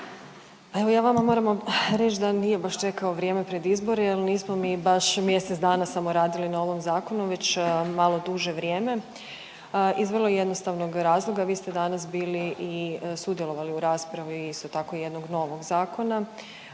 Ali ja vama moram vam reći da nije baš čekao vrijeme pred izbore jer nismo baš mjesec dana samo radili na ovom zakonu već malo duže vrijeme. Iz vrlo jednostavnog razloga vi ste danas bili i sudjelovali u raspravi isto tako jednog novog zakona